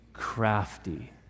crafty